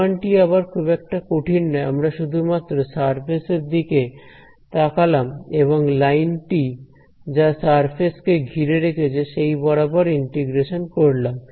প্রমাণটি আবার খুব একটা কঠিন নয় আমরা শুধুমাত্র সারফেস এর দিকে তাকালাম এবং লাইনটি যা সারফেস কে ঘিরে রেখেছে সেই বরাবর ইন্টিগ্রেশন করলাম